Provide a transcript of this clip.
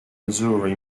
missouri